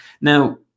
Now